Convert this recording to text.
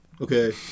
Okay